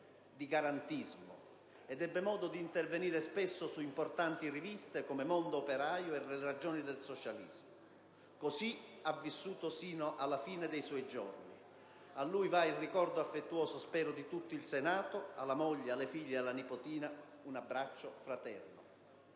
di garantismo, ed ebbe modo di intervenire spesso su importanti riviste, come «Mondo operaio» e «Le ragioni del socialismo». Così ha vissuto, sino alla fine dei suoi giorni. A lui va il ricordo affettuoso, spero, di tutto il Senato; alla moglie, alle figlie e alla nipotina un abbraccio fraterno